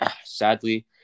sadly